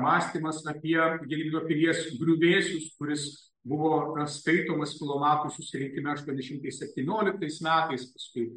mąstymas apie gedimino pilies griuvėsius kuris buvo skaitomas filomatų susirinkime aštuoni šimtai septynioliktais metais paskui